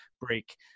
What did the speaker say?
Break